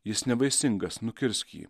jis nevaisingas nukirsk jį